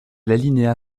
l’alinéa